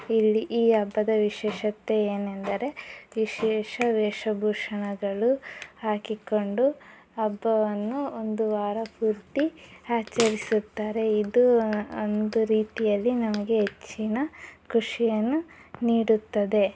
ಇಲ್ಲಿ ಈ ಹಬ್ಬದ ವಿಶೇಷತೆ ಏನೆಂದರೆ ವಿಶೇಷ ವೇಷ ಭೂಷಣಗಳು ಹಾಕಿಕೊಂಡು ಹಬ್ಬವನ್ನು ಒಂದು ವಾರ ಪೂರ್ತಿ ಆಚರಿಸುತ್ತಾರೆ ಇದು ಒಂದು ರೀತಿಯಲ್ಲಿ ನಮಗೆ ಹೆಚ್ಚಿನ ಖುಷಿಯನ್ನು ನೀಡುತ್ತದೆ